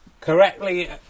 correctly